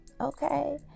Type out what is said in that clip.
Okay